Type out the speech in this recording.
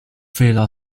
vila